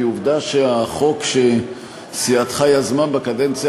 כי עובדה שהחוק שסיעתך יזמה בקדנציה